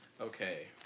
Okay